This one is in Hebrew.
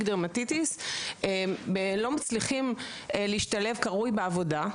דרמטיטיס לא מצליחים להשתלב כראוי בעבודה,